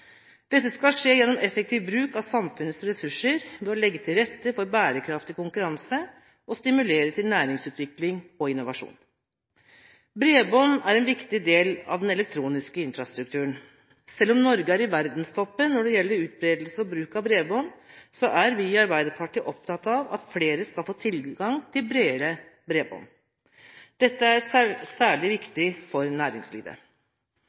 Dette skal skje gjennom effektiv bruk av samfunnets ressurser ved å legge til rette for bærekraftig konkurranse og stimulere til næringsutvikling og innovasjon. Bredbånd er en viktig del av den elektroniske infrastrukturen. Selv om Norge er i verdenstoppen når det gjelder utbredelse og bruk av bredbånd, er vi i Arbeiderpartiet opptatt av at flere skal få tilgang til bredere bredbånd. Dette er særlig viktig for næringslivet.